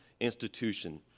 institution